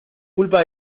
culpa